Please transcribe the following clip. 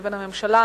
לבין הממשלה,